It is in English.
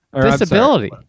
Disability